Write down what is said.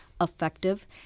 effective